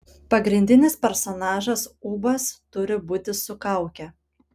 pagrindinis personažas ūbas turi būti su kauke